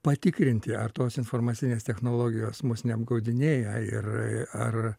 patikrinti ar tos informacinės technologijos mus neapgaudinėja ir ar